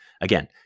Again